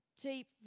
deep